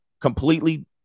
completely